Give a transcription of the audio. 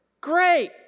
great